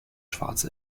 schwarze